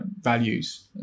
values